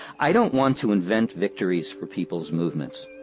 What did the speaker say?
i don't want to invent victories for people's movements.